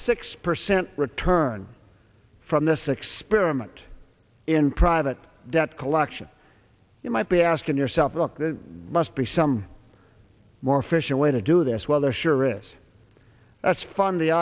six percent return from this experiment in private debt collection you might be asking yourself must be some more efficient way to do this well there sure is that's fun the